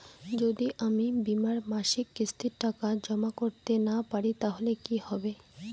যদি আমি বীমার মাসিক কিস্তির টাকা জমা করতে না পারি তাহলে কি হবে?